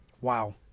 Wow